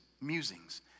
musings